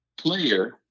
player